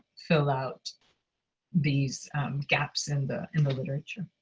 fill out these gaps in the in the literature.